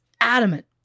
adamant